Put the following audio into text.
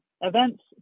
events